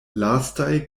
lastaj